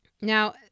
Now